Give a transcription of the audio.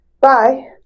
Bye